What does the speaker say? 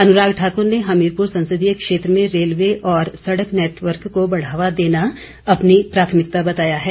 अनुराग ठाकुर ने हमीरपुर संसदीय क्षेत्र में रेलवे और सड़क नेटवर्क को बढ़ावा देना अपनी प्राथमिकता बताया है